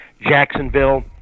Jacksonville